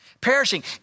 perishing